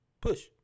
push